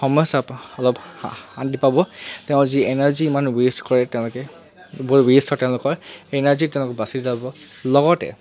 সমস্যা পৰা অলপ শান্তি পাব তেওঁ যি এনাৰ্জি ইমান ৱে'ষ্ট কৰে তেওঁলোকে বহুত ৱে'ষ্ট হয় তেওঁলোকৰ সেই এনাৰ্জি তেওঁৰ বাচি যাব লগতে